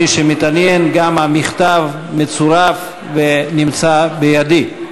מי שמתעניין, גם המכתב מצורף ונמצא בידי.